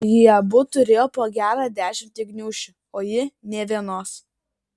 jie abu turėjo po gerą dešimtį gniūžčių o ji nė vienos